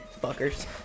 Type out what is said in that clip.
fuckers